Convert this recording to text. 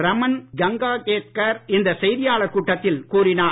ரமண் கங்காகேத்கர் இந்த செய்தியாளர் கூட்டத்தில் கூறினார்